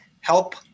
help